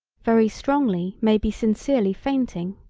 very strongly may be sincerely fainting.